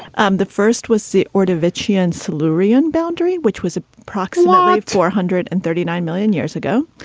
um the first was c or davinci and salary and boundary, which was ah approximately four hundred and thirty nine million years ago.